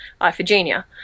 Iphigenia